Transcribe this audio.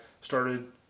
started